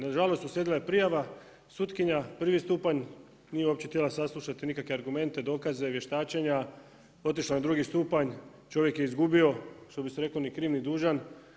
Nažalost uslijedila je prijava sutkinja prvi stupanj nije uopće htjela saslušati nikakve argumente, dokaze, vještačenja, otišla je na drugi stupanj čovjek je izgubio što bi se reklo ni kriv ni dužan.